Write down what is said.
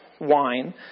wine